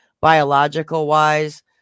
Biological-wise